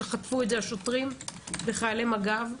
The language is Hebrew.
שאותו חטפו השוטרים וחיילי מג"ב.